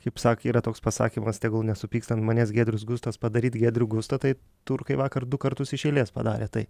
kaip sakė yra toks pasakymas tegul nesupyksta ant manęs giedrius gustas padaryt giedrių gustą tai turkai vakar du kartus iš eilės padarė tai